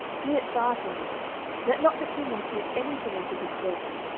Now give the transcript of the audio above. be it far from me let not the king impute any thing unto his servant,